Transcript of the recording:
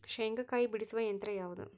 ಶೇಂಗಾಕಾಯಿ ಬಿಡಿಸುವ ಯಂತ್ರ ಯಾವುದು?